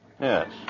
Yes